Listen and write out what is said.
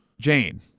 Jane